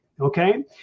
Okay